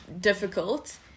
difficult